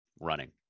running